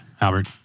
albert